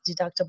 deductible